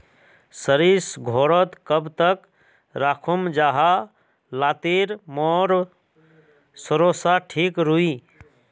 सरिस घोरोत कब तक राखुम जाहा लात्तिर मोर सरोसा ठिक रुई?